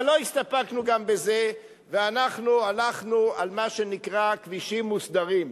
אבל לא הסתפקנו גם בזה ואנחנו הלכנו על מה שנקרא כבישים מוסדרים.